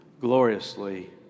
gloriously